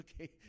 okay